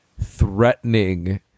threatening